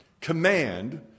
command